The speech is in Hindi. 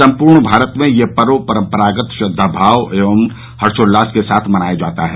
सम्पूर्ण भारत में यह पर्व परम्परागत श्रद्वाभाव एवं हर्षोल्लास के साथ मनाया जाता है